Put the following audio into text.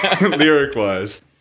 lyric-wise